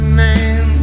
man